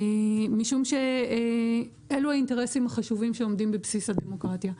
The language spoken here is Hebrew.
משום שאלה האינטרסים החשובים שעומדים בבסיס הדמוקרטיה.